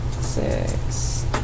six